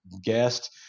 guest